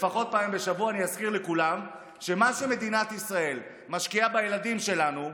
לפחות פעם בשבוע אני אזכיר לכולם שמה שמדינת ישראל משקיעה בילדים שלנו,